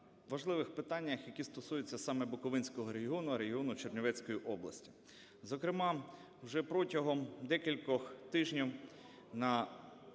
важливих питаннях, які стосуються саме Буковинського регіону, регіону Чернівецької області. Зокрема, вже протягом декількох тижнів на